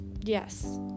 Yes